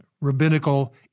rabbinical